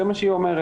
זה מה שהיא אומרת.